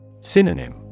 Synonym